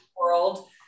world